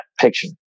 picture